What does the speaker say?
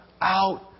out